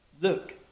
look